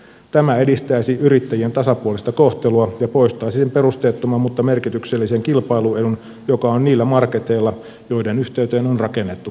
tämä edistäisi yrittäjien tasapuolista kohtelua ja poistaisi perusteettoman mutta merkityksellisen kilpailuedun joka on niillä marketeilla joiden yhteyteen on rakennettu alkon myymälä